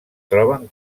troben